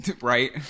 right